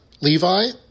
Levi